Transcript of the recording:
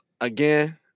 again